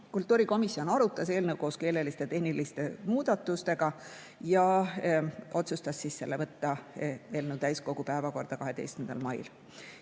Kultuurikomisjon arutas eelnõu koos keeleliste ja tehniliste muudatustega ja otsustas võtta eelnõu täiskogu päevakorda 12. mail.